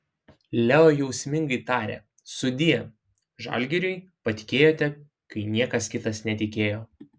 leo jausmingai tarė sudie žalgiriui patikėjote kai niekas kitas netikėjo